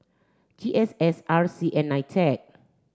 G S S R C and NITEC